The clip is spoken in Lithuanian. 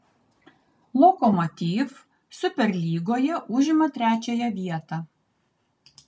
lokomotiv superlygoje užima trečiąją vietą